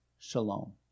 Shalom